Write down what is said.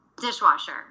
dishwasher